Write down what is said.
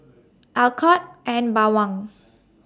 Alcott and Bawang